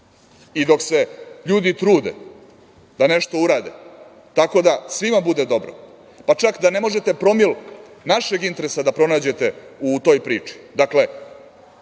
dok se ljudi trude da nešto urade tako da svima bude dobro, pa čak da ne možete promil našeg interesa da pronađete u toj priči,